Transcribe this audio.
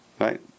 Right